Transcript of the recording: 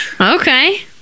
okay